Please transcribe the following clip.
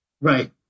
Right